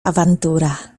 awantura